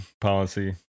policy